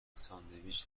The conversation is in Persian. ساندویچ